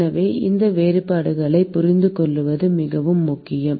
எனவே இந்த வேறுபாடுகளைப் புரிந்துகொள்வது மிகவும் முக்கியம்